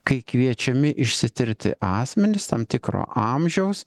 kai kviečiami išsitirti asmenys tam tikro amžiaus